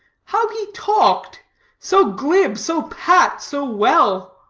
how he talked so glib, so pat, so well.